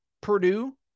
Purdue